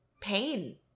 pain